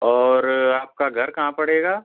और आपका घर कहाँ पड़ेगा